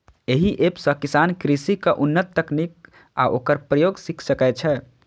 एहि एप सं किसान कृषिक उन्नत तकनीक आ ओकर प्रयोग सीख सकै छै